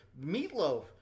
Meatloaf